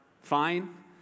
Fine